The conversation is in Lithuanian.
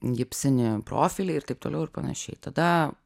gipsinį profilį ir taip toliau ir panašiai tada